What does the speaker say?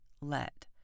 let